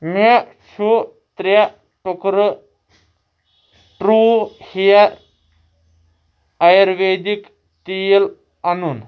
مےٚ چھُ ترٛےٚ ٹُکرٕ ٹروٗ ہِیَر آیَرویدِک تیٖل اَنُن